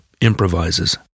improvises